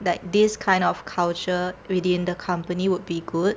like this kind of culture within the company would be good